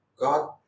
God